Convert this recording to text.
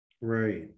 Right